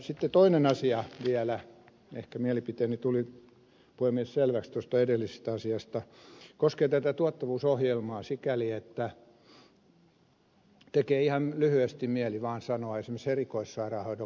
sitten toinen asia vielä ehkä mielipiteeni tuli puhemies selväksi tuosta edellisestä asiasta koskee tätä tuottavuusohjelmaa sikäli että tekee ihan lyhyesti mieli vaan sanoa esimerkiksi erikoissairaanhoidon kuluista